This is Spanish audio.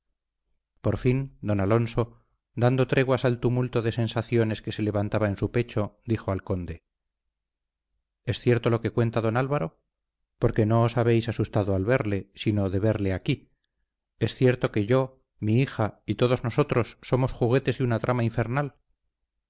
por fin don alonso dando treguas al tumulto de sensaciones que se levantaba en su pecho dijo al conde es cierto lo que cuenta don álvaro porque no os habéis asustado al verle sino de verle aquí es cierto que yo mi hija y todos nosotros somos juguetes de una trama infernal